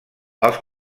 els